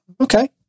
okay